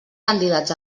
candidats